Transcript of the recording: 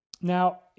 Now